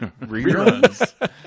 Reruns